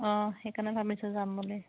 অঁ সেইকাৰণে ভাবিছোঁ যাম বুলি